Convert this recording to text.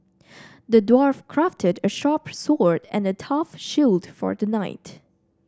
the dwarf crafted a sharp sword and a tough shield for the knight